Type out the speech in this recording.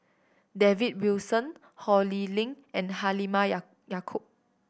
David Wilson Ho Lee Ling and Halimah Yacob